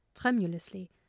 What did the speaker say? tremulously